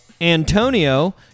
Antonio